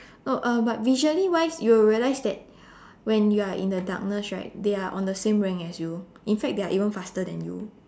no uh but visually wise you'll realize that when you're in the darkness right they are on the same rank as you in fact they're even faster than you